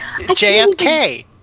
JFK